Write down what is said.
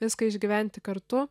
viską išgyventi kartu